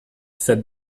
said